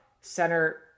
center